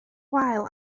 wael